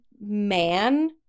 man